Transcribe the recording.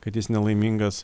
kad jis nelaimingas